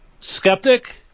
skeptic